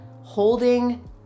holding